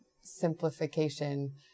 simplification